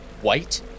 white